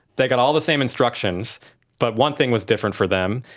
they got all the same instructions but one thing was different for them,